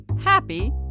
happy